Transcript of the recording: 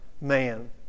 man